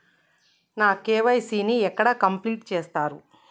నా కే.వై.సీ ని ఎక్కడ కంప్లీట్ చేస్తరు?